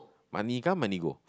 money come money go